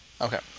Okay